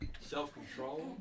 Self-control